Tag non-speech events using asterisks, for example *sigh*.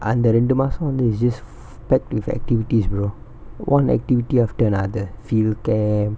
அந்த ரெண்டு மாசோ வந்து:antha rendu maaso vanthu it's just *noise* packed with activities brother one activity after another field camp